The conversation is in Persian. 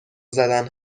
زدن